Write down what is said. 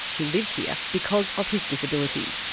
he lives here because of his disability.